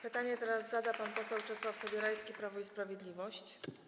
Pytanie zada pan poseł Czesław Sobierajski, Prawo i Sprawiedliwość.